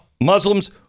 Muslims